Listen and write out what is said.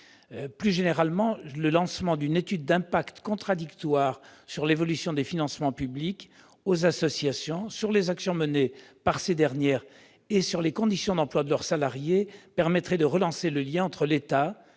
Plus généralement, la mise en oeuvre d'une étude d'impact contradictoire sur l'évolution des financements publics aux associations, sur les actions qu'elles mènent et sur les conditions d'emploi de leurs salariés permettrait de renouer le lien entre l'État,